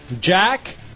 Jack